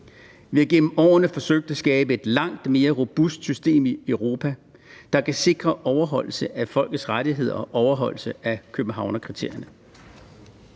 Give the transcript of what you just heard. Vi har gennem årene forsøgt at skabe et langt mere robust system i Europa, der kan sikre overholdelse af folkets rettigheder og overholdelse af Københavnerkriterierne.